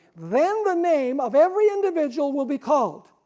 then the name of every individual will be called,